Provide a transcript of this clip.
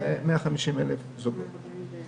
זה 150,000 זוגות.